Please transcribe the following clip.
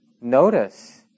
notice